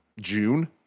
June